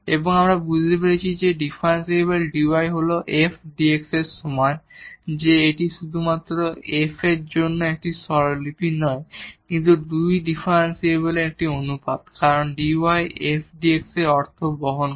এবং যা আমরা এখন বুঝতে পেরেছি যে ডিফারেনশিয়াল dy হল f dx এর সমান যে এটি শুধু f এর জন্য একটি নোটেশন নয় কিন্তু 2 ডিফারেনশিয়ালের এই অনুপাত কারণ dy f dx অর্থ বহন করে